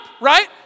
right